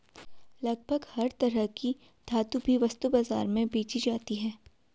लगभग हर तरह की धातु भी वस्तु बाजार में बेंची जाती है